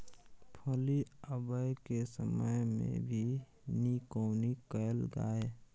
फली आबय के समय मे भी निकौनी कैल गाय?